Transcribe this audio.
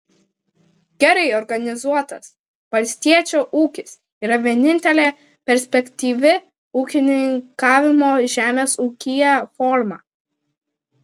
gerai organizuotas valstiečio ūkis yra vienintelė perspektyvi ūkininkavimo žemės ūkyje forma